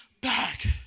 back